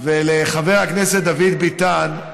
עושה דברים טובים.